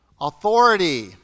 Authority